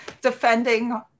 defending